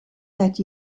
that